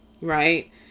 right